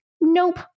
nope